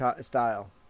style